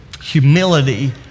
Humility